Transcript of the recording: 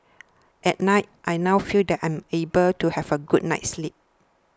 at night I now feel that I am able to have a good night's sleep